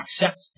accept